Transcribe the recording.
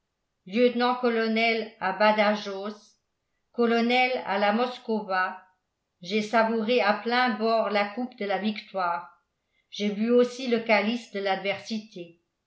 colonel à badajoz colonel à la moskowa j'ai savouré à pleins bords la coupe de la victoire j'ai bu aussi le calice de l'adversité